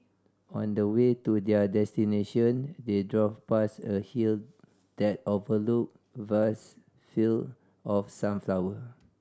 on the way to their destination they drove past a hill that overlooked vast field of sunflower